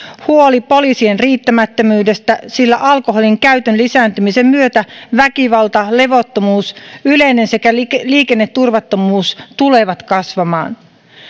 huoli poliisien riittämättömyydestä sillä alkoholin käytön lisääntymisen myötä väkivalta levottomuus yleinen sekä liikenneturvattomuus tulevat kasvamaan